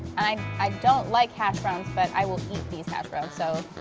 i i don't like hash browns, but i will eat these hash browns, so,